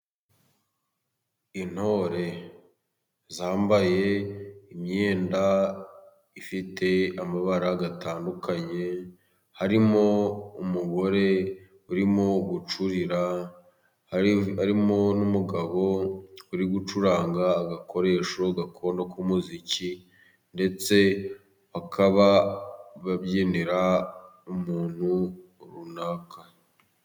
Intore zambaye imyenda ifite amabara atandukanye harimo umugore urimo gucurira harimo n'umugabo uri gucuranga agakoresho gakondo k'umuziki ndetse akaba babyinira umuntu runaka.